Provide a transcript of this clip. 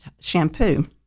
shampoo